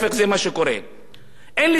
אין ספק שיש לי ביקורת על התקשורת,